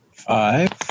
Five